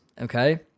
Okay